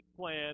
plan